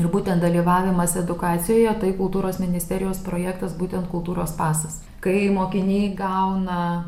ir būtent dalyvavimas edukacijoje tai kultūros ministerijos projektas būtent kultūros pasas kai mokiniai gauna